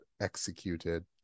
executed